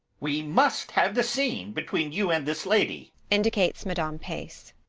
we must have the scene between you and this lady. indicates madame pace.